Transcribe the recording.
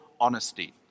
honesty